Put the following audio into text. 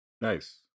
Nice